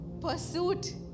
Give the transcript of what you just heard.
pursuit